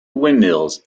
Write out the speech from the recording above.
windmills